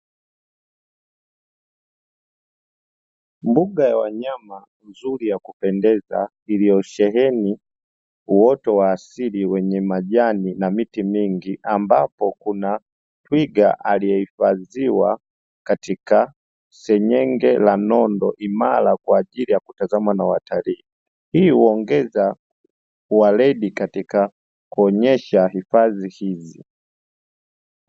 Mbuga ya wanyama nzuri ya kupendeza iliyosheheni uoto wa asili wenye majani na miti mingi ambapo kuna twiga, aliyehifadhiwa katika seng'enge la nondo imara kwa ajili ya kutazama na watalii hii huongeza weredi katika kuonyesha hifadhi hizi.